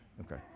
Okay